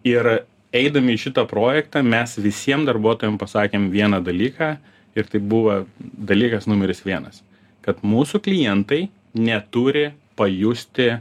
ir eidami į šitą projektą mes visiem darbuotojam pasakėm vieną dalyką ir tai buvo dalykas numeris vienas kad mūsų klientai neturi pajusti